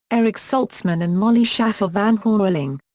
eric saltzman and molly shaffer van houweling.